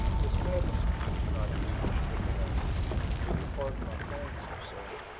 it's madness for you to try to do this trip alone if you'll pardon my saying so, sir.